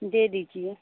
दे दीजिए